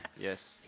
yes